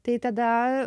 tai tada